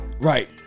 Right